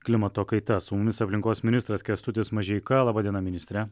klimato kaita su mumis aplinkos ministras kęstutis mažeika laba diena ministre